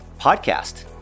podcast